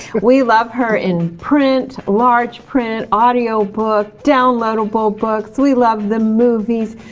we love her in print, large print, audiobook, downloadable books, we love the movies,